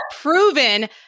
proven